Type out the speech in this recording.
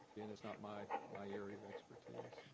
it's not my my area of expertise.